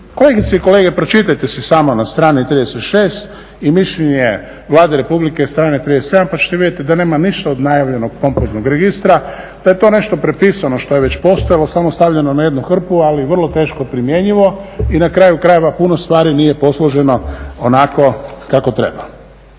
kolegice i kolege pročitajte si samo na strani 36. i mišljenje Vlade Republike Hrvatske na strani 37. pa ćete vidjeti da nema ništa od najavljenog pompoznog registra, da je to nešto prepisano što je već postojalo samo stavljeno na jednu hrpu ali vrlo teško primjenjivo. I na kraju krajeva puno stvari nije posloženo onako kako treba.